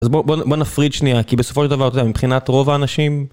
אז בואו נפריד שנייה כי בסופו של דבר זה מבחינת רוב האנשים